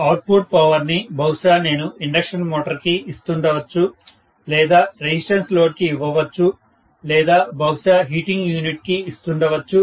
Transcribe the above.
output power ని బహుశా నేను ఇండక్షన్ మోటార్ కి ఇస్తుండొచ్చు లేదా రెసిస్టివ్ లోడ్ కి ఇవ్వొచ్చు లేదా బహుశా హీటింగ్ యూనిట్ కి ఇస్తుండొచ్చు